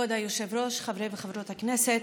כבוד היושב-ראש, חברות וחברי הכנסת,